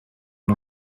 are